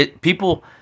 people